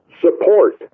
support